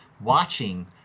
watching